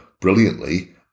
brilliantly